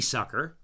Sucker